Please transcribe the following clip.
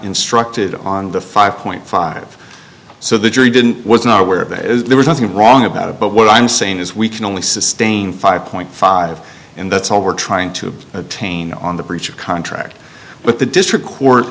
instructed on the five point five so the jury didn't was not aware of it as there was nothing wrong about it but what i'm saying is we can only sustain five point five and that's all we're trying to attain on the breach of contract but the district court